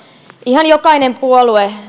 ihan jokainen puolue